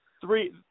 three